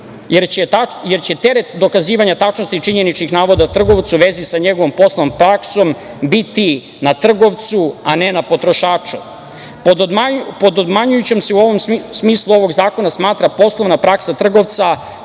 jer će teret dokazivanja tačnosti i činjeničnih navoda trgovcu u vezi sa njegovom poslovnom praksom biti na trgovcu, a ne na potrošaču. Pod obmanjujućem se u smislu ovog zakona smatra poslovna praksa trgovca